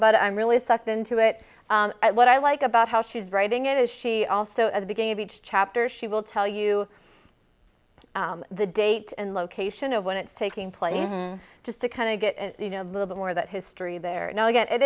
about i'm really sucked into it what i like about how she's writing it she also at the beginning of each chapter she will tell you the date and location of when it's taking place just to kind of get a little bit more that history there no it